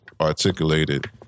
articulated